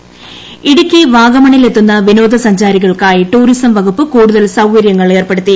Vagamon intro Idukki വാഗമണ്ണിലെത്തുന്ന വിനോദസഞ്ചാരികൾക്കായി tourism വകുപ്പ് കൂടുതൽ സൌകര്യങ്ങൾ ഏർപ്പെടുത്തി